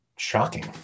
shocking